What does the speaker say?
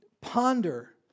ponder